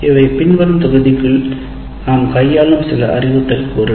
இவை பின்வரும் தொகுதிக்குள் நாம் கையாளும் சில அறிவுறுத்தல் கூறுகள்